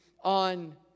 on